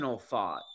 thought